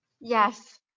Yes